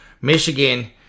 Michigan